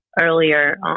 earlier